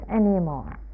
anymore